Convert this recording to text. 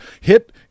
hit